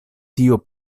tio